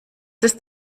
ist